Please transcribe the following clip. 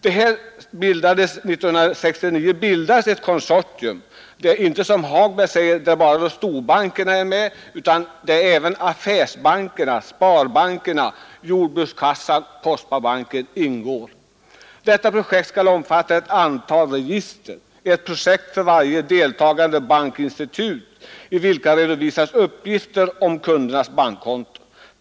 1969 bildades det konsortium där inte — som herr Hagberg säger — bara storbankerna är med utan även affärsbankerna, sparbankerna, jordbrukskassan och postbanken ingår. Detta projekt skall omfatta ett antal register, ett projekt för varje deltagande bankinstitut, i vilka det redovisas uppgifter om kundernas bankkonton.